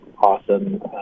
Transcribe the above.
Awesome